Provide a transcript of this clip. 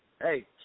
Hey